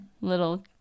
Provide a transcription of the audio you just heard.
little